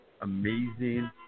amazing